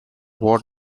ward